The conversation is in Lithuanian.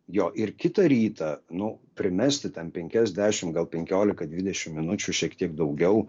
jo ir kitą rytą nu primesti ten penkias dešimt gal penkiolika dvidešimt minučių šiek tiek daugiau